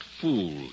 fool